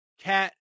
Cat